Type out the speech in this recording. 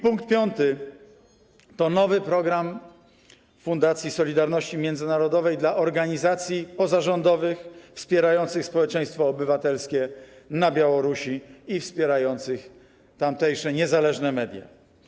Punkt piąty to nowy program Fundacji Solidarności Międzynarodowej dla organizacji pozarządowych wspierających społeczeństwo obywatelskie na Białorusi i wspierających tamtejsze niezależne media.